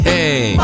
Hey